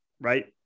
Right